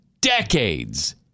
decades